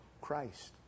Christ